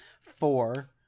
four